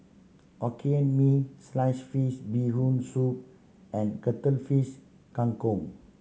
Hokkien Mee slice fish Bee Hoon Soup and Cuttlefish Kang Kong